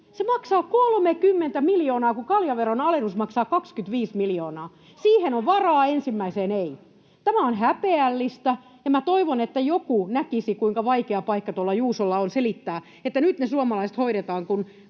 Se maksaa 30 miljoonaa, kun kaljaveron alennus maksaa 25 miljoonaa. [Mia Laihon välihuuto] Siihen on varaa, ensimmäiseen ei. Tämä on häpeällistä, ja minä toivon, että joku näkisi, kuinka vaikea paikka Juusolla on selittää, että nyt ne suomalaiset hoidetaan, kun